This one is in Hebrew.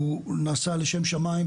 נעשה לשם שמיים,